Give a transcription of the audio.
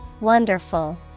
Wonderful